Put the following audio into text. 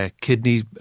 kidney